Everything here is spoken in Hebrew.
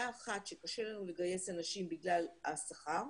אחת שקשה לנו לגייס אנשים בגלל השכר.